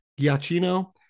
Giacchino